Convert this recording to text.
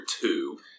two